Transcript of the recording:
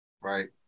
right